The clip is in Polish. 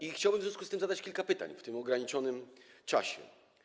I chciałbym w związku z tym zadać kilka pytań w tym ograniczonym czasie.